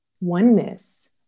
oneness